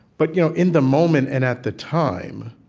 but you know in the moment and at the time,